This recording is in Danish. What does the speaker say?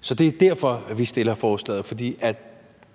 Så det er derfor, vi har fremsat forslaget.